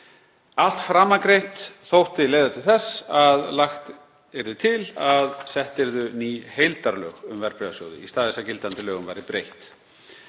Allt framangreint þótti leiða til þess að lagt yrði til að sett yrðu ný heildarlög um verðbréfasjóði í stað þess að gildandi lögum væri breytt.